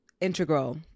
integral